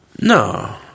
No